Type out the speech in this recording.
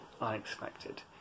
unexpected